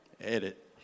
Edit